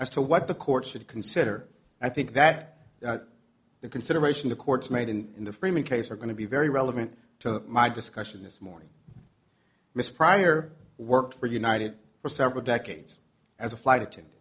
as to what the court should consider i think that the consideration of courts made in in the framing case are going to be very relevant to my discussion this morning miss prior work for united for several decades as a flight attendant